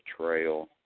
trail